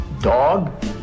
Dog